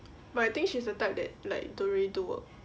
but I think she's the type that like don't really do work